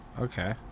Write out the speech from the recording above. okay